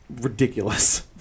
ridiculous